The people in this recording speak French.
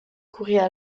courraient